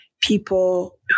people